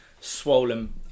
swollen